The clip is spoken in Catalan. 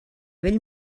vell